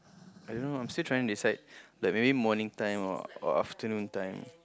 I don't know I'm still trying to decide like maybe morning time or or afternoon time